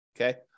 Okay